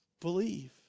believe